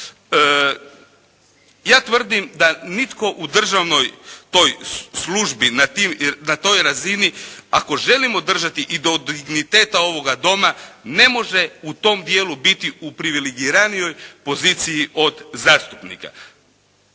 Ja tvrdim da nitko u državnoj toj službi, na toj razini ako želimo držati i do digniteta ovoga Doma ne može u tom dijelu biti u privilegiranoj poziciji od zastupnika.